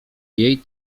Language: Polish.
jej